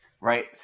right